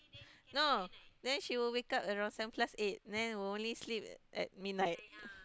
no then she will wake up around seven plus eight then will only sleep at midnight